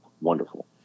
wonderful